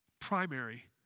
Primary